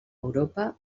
europa